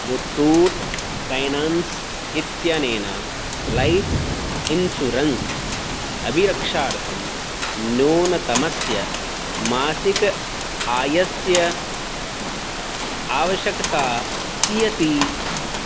Muthoot finance इत्यनेन life insurance अभिरक्षार्थं न्यूनतमस्य मासिक आयस्य आवश्यकता कियती